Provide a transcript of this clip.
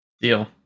Deal